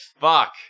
Fuck